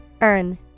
Earn